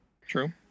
True